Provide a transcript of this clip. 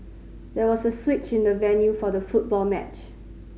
there was a switch in the venue for the football match